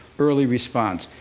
early response.